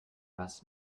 was